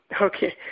Okay